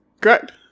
Correct